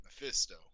Mephisto